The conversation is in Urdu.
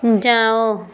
جاؤ